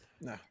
no